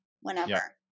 whenever